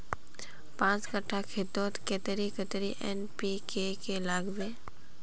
पाँच कट्ठा खेतोत कतेरी कतेरी एन.पी.के के लागबे?